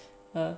!huh!